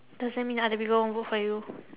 doesn't mean other people won't vote for you